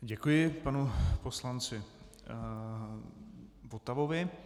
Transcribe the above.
Děkuji panu poslanci Votavovi.